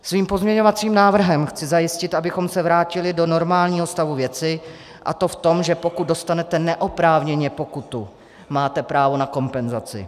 Svým pozměňovacím návrhem chci zajistit, abychom se vrátili do normálního stavu věci, a to v tom, že pokud dostanete neoprávněně pokutu, máte právo na kompenzaci.